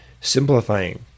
simplifying